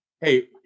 Hey